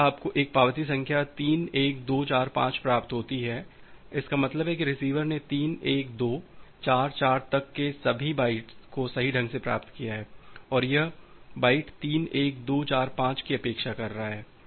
यदि आपको एक पावती संख्या 3 1 2 4 5 प्राप्त होती है इसका मतलब है कि रिसीवर ने 3 1 2 4 4 तक के सभी बाइट्स को सही ढंग से प्राप्त किया है और यह बाइट 3 1 2 4 5 की अपेक्षा कर रहा है